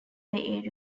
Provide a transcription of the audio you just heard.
bay